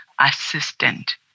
assistant